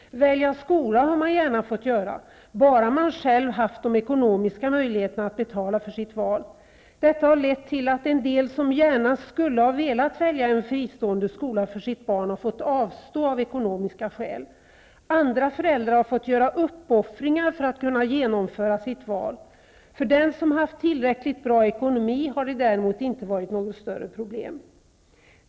Välja skola har man gärna fått göra, bara man själv har haft de ekonomiska möjligheterna att betala för sitt val. Detta har lett till att en del som gärna skulle ha velat välja en fristående skola för sitt barn, har fått avstå av ekonomiska skäl. Andra föräldrar har fått göra uppoffringar för att kunna genomföra sitt val. För den som har haft tillräckligt bra ekonomi har det däremot inte varit något större problem.